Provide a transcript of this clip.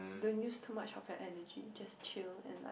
don't use too much of fat energy just chill and like